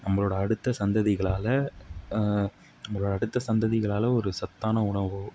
நம்மளோடய அடுத்த சந்ததிகளால் நம்மளோடய அடுத்த சந்ததிகளால் ஒரு சத்தான உணவோ